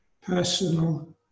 personal